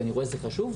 אני רואה שזה חשוב,